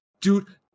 dude